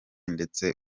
ndetse